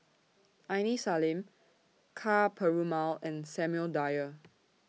Aini Salim Ka Perumal and Samuel Dyer